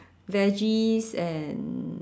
veggies and